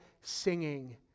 singing